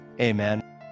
Amen